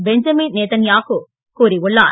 Benjamin Netanyahu கூறியுள்ளார்